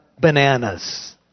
bananas